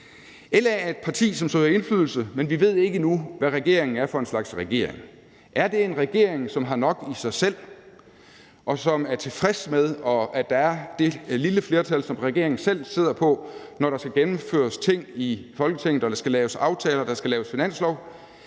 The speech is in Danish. LA er et parti, som søger indflydelse, men vi ved ikke endnu, hvad regeringen er for en slags regering. Er det en regering, som har nok i sig selv, og som er tilfreds med, at der er det lille flertal, som regeringen selv sidder på, når der skal gennemføres ting i Folketinget, når der skal laves aftaler, og når der skal laves finanslov?